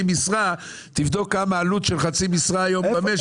משרה תבדוק כמה העלות של חצי משרה היום במשק,